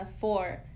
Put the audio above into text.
Four